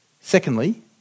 Secondly